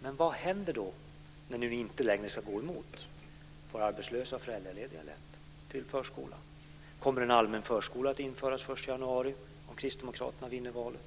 Men vad händer när ni inte längre ska gå emot maxtaxan? Får arbetslösa och föräldralediga rätt att ha sina barn i förskolan? Kommer en allmän förskola att införas den 1 januari, om Kristdemokraterna vinner valet?